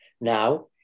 Now